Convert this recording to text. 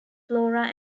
flora